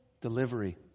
Delivery